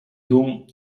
doom